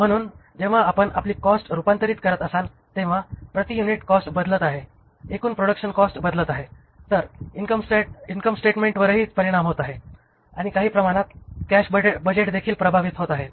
म्हणून जेव्हा आपण आपली कॉस्ट रूपांतरित करीत असाल तेव्हा प्रति युनिट कॉस्ट बदलत आहे एकूण प्रोडक्शन कॉस्ट बदलत आहे तर इनकम स्टेटमेन्टवरही परिणाम होत आहे आणि काही प्रमाणात कॅशबजेट देखील प्रभावित होत आहेत